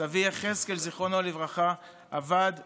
סבי יחזקאל ז"ל עבד בבניין,